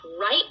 right